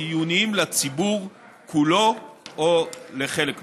חיוניים לציבור כולו או לחלק ממנו.